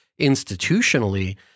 institutionally